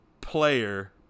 player